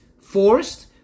forced